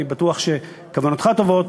אני בטוח שכוונותיך טובות,